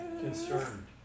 concerned